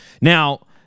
Now